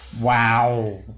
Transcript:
Wow